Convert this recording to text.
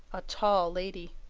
a tall lady.